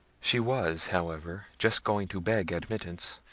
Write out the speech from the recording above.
she was, however, just going to beg admittance,